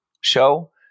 show